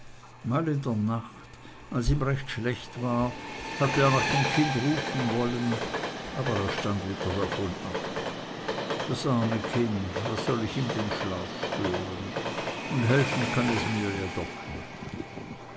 in der nacht als ihm recht schlecht war hatte er nach dem kinde rufen wollen aber er stand wieder davon ab das arme kind was soll ich ihm den schlaf stören und helfen kann es mir doch nicht